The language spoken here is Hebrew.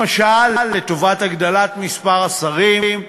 למשל לטובת הגדלת מספר השרים.